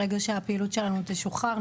ברגע שהפעילות שלנו תשוחרר,